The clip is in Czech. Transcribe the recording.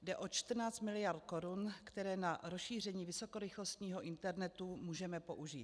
Jde o 14 miliard korun, které na rozšíření vysokorychlostního internetu můžeme použít.